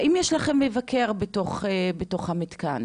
האם יש לכם מבקר בתוך המתקן?